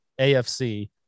AFC